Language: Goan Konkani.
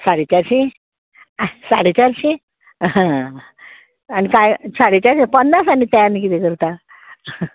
साडे चारशीं हें साडे चारशीं आनी कांय साडे चारशीं पन्नास आनी ते आनी किदें करता